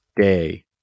day